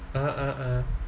ah ah ah